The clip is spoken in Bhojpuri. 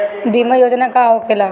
बीमा योजना का होखे ला?